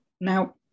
Now